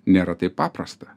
nėra taip paprasta